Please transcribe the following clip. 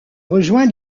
rejoint